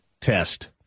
test